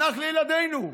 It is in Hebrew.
הנח לילדינו.